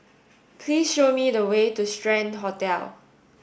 please show me the way to Strand Hotel